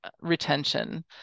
retention